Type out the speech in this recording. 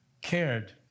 cared